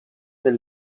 del